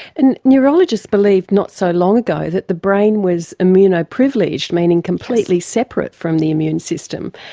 and neurologists believed not so long ago that the brain was immune-privileged, meaning completely separate from the immune system,